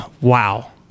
wow